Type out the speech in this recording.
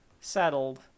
settled